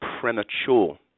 premature